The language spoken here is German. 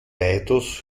weitaus